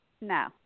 No